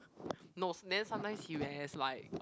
nose then sometimes he will has like